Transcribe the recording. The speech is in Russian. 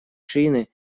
шины